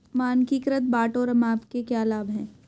मानकीकृत बाट और माप के क्या लाभ हैं?